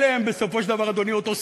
אלה הם בסופו של דבר, אדוני, אותו סיפור.